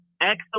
excellent